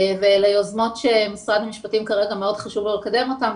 אלה יוזמות שלמשרד המשפטים כרגע חשוב מאוד לקדם אותן,